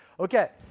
okay.